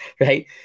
right